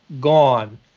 Gone